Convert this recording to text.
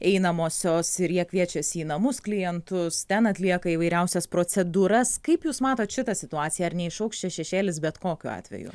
einamosios ir jie kviečiasi į namus klientus ten atlieka įvairiausias procedūras kaip jūs matot šitą situaciją ar neišaugs čia šešėlis bet kokiu atveju